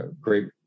great